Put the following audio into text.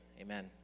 amen